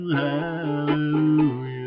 hallelujah